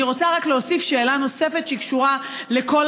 אני רוצה רק להוסיף שאלה שקשורה לכל